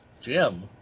Jim